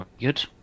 good